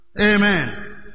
Amen